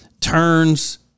turns